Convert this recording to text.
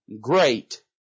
Great